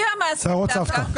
שיערות סבתא.